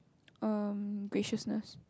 um graciousness